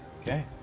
okay